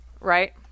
right